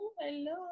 Hello